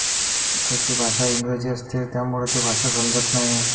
त्याची भाषा इंग्रजी असते त्यामुळे ती भाषा समजत नाही